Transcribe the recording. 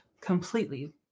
completely